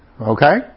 Okay